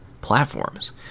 platforms